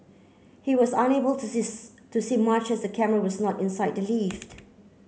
he was unable to see to see much as the camera was not inside the lift